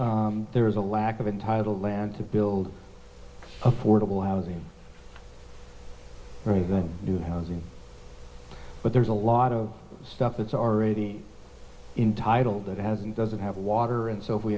there is a lack of entitle land to build affordable housing really the new housing but there's a lot of stuff that's already in title that hasn't doesn't have water and so if we